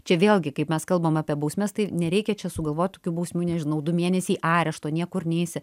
čia vėlgi kaip mes kalbam apie bausmes tai nereikia čia sugalvot tokių bausmių nežinau du mėnesiai arešto niekur neisi